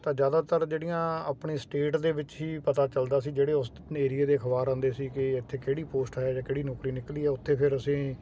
ਤਾਂ ਜ਼ਿਆਦਾਤਰ ਜਿਹੜੀਆਂ ਆਪਣੀ ਸਟੇਟ ਦੇ ਵਿੱਚ ਹੀ ਪਤਾ ਚੱਲਦਾ ਸੀ ਜਿਹੜੇ ਉਸ ਏਰੀਏ ਦੇ ਅਖਬਾਰ ਆਉਂਦੇ ਸੀ ਕਿ ਇੱਥੇ ਕਿਹੜੀ ਪੋਸਟ ਹੈ ਜਾਂ ਕਿਹੜੀ ਨੌਕਰੀ ਨਿਕਲੀ ਆ ਉੱਥੇ ਫਿਰ ਅਸੀਂ